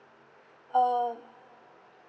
uh